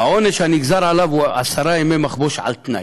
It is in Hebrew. העונש שנגזר עליו הוא עשרה ימי מחבוש על תנאי.